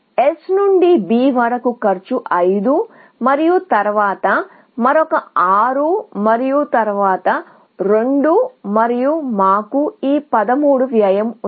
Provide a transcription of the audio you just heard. S నుండి B వరకు cost 5 మరియు తరువాత మరొక 6 మరియు తరువాత 2 మరియు మాకు ఈ 13 వ్యయం ఉంది